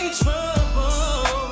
trouble